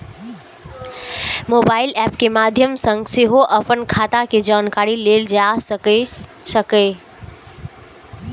mobile app के माध्य सं सेहो अपन खाता के जानकारी लेल जा सकैए